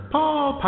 Paul